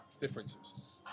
Differences